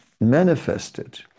manifested